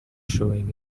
showing